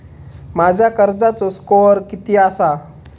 माझ्या कर्जाचो स्कोअर किती आसा?